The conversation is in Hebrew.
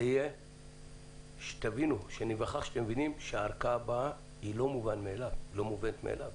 אנחנו צריכים להיווכח שאתם מבינים שהארכה הבאה אינה מובנת מאליה.